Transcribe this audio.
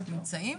ממצאים?